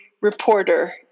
reporter